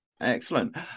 excellent